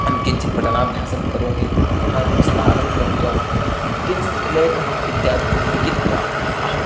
अहं किञ्चित् पठनाभ्यासं करोमि अनन्तरं स्नानं कृत्वा किञ्चित् लेखनम् इत्यादिकं लिखित्वा अहम्